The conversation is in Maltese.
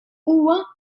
huwa